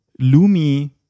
Lumi